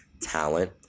talent